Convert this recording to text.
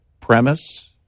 premise